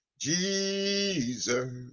Jesus